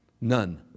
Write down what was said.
None